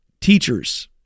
teachers